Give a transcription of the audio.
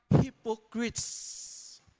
hypocrites